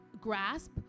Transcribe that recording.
grasp